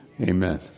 Amen